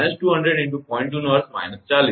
2 નો અર્થ −40 છે